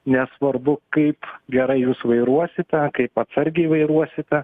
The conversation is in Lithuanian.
nesvarbu kaip gerai jūs vairuosite kaip atsargiai vairuosite